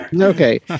Okay